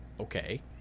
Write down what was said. Okay